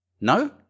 No